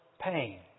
pain